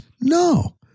No